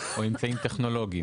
או אמצעים טכנולוגיים?